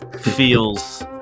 feels